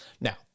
now